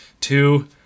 Two